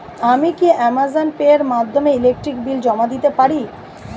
আমি কি Amazon pay এর মাধ্যমে ইলেকট্রিক বিল জমা দিতে পারি?